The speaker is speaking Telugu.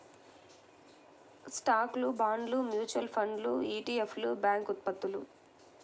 స్టాక్లు, బాండ్లు, మ్యూచువల్ ఫండ్లు ఇ.టి.ఎఫ్లు, బ్యాంక్ ఉత్పత్తులు